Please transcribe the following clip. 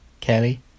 Kelly